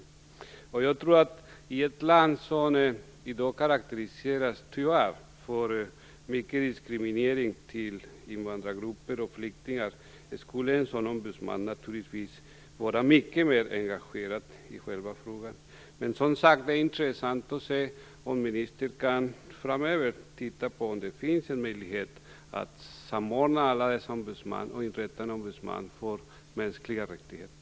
I ett land som i dag - tyvärr - karakteriseras av mycket diskriminering mot invandrargrupper och flyktingar skulle en sådan ombudsman naturligtvis vara mycket mer engagerad i själva frågan. Men som sagt: Det är intressant att se om ministern framöver kan titta på om det finns en möjlighet att samordna alla dessa ombudsmän och inrätta en ombudsman för mänskliga rättigheter.